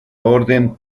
orden